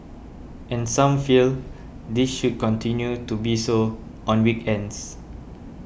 and some feel this should continue to be so on weekends